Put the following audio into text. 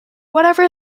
whatever